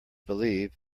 believe